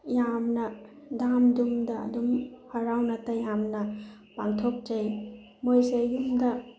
ꯌꯥꯝꯅ ꯗꯥꯝ ꯗꯨꯝꯗ ꯑꯗꯨꯝ ꯍꯔꯥꯎꯅ ꯇꯌꯥꯝꯅ ꯄꯥꯡꯊꯣꯛꯆꯩ ꯃꯣꯏꯁꯦ ꯌꯨꯝꯗ